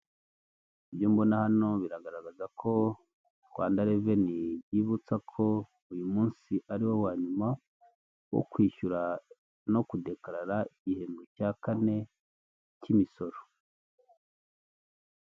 Ibyo mbona hano biragaragaza ko, Rwanda reveni yibutsa ko uyu munsi ariwo wa nyuma wo kwishyura no kudekarara igihembwe cya kane cy'imisoro.